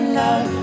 love